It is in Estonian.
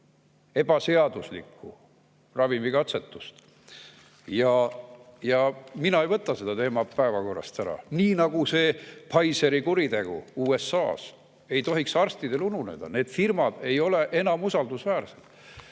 ebaseaduslikku ravimikatsetust. Ja mina ei võta seda teemat päevakorrast ära. Nii nagu see Pfizeri kuritegu USA‑s ei tohiks arstidel ununeda. Need firmad ei ole enam usaldusväärsed.